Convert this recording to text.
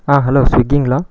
ஆ hello ஸ்விகிங்களா